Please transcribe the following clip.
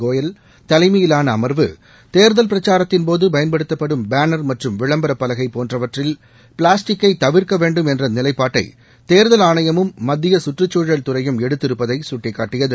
கோயல் தலைமையிலான அமர்வு தேர்தல் பிரச்சாரத்தின்போது பயன்படுத்தப்படும் பேனர் மற்றும் விளம்பரப் பலகை போன்றவற்றில் பிளாஸ்டிக்கை தவிர்க்க வேண்டும் என்ற நிலைப்பாட்டை தேர்தல் ஆணையமும் மத்திய சுற்றுச்சூழல் துறையும் எடுத்திருப்பதை சுட்டிக்காட்டியது